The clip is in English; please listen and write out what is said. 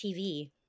TV